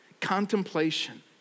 contemplation